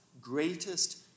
greatest